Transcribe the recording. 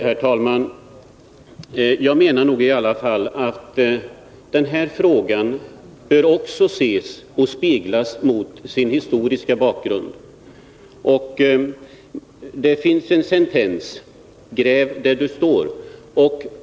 Herr talman! Jag menar nog i alla fall att denna fråga också bör speglas mot sin historiska bakgrund. Det finns en sentens som lyder: Gräv där du står.